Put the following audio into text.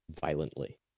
violently